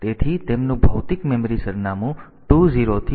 તેથી તેમનું ભૌતિક મેમરી સરનામું 20 થી 2F છે